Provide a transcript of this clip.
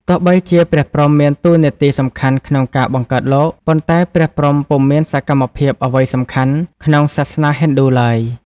ទោះបីជា ព្រះព្រហ្មមានតួនាទីសំខាន់ក្នុងការបង្កើតលោក ប៉ុន្តែព្រះព្រហ្មពុំមានសកម្មភាពអ្វីសំខាន់ ក្នុងសាសនាហិណ្ឌូឡើយ។